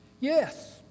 Yes